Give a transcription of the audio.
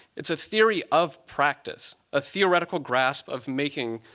it's a theory of practice, a theoretical grasp of making,